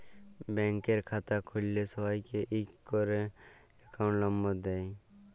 ব্যাংকের খাতা খুল্ল্যে সবাইকে ইক ক্যরে একউন্ট লম্বর দেয়